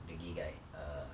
the gay guy err